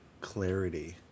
clarity